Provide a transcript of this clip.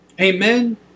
Amen